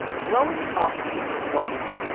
growing up in the bronx,